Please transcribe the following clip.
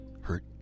hurt